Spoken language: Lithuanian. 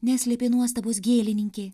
neslėpė nuostabos gėlininkė